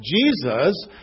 Jesus